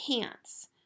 pants